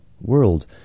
world